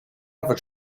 other